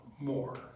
more